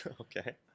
Okay